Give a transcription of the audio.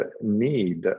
need